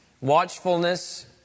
Watchfulness